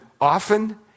often